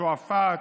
שועפאט,